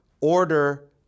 order